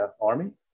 army